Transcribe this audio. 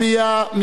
מי נגד?